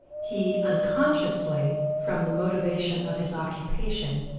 he unconsciously, from the motivation of his occupation,